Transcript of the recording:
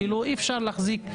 אי אפשר להחזיר,